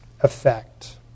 effect